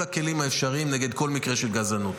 הכלים האפשריים נגד כל מקרה של גזענות.